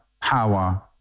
power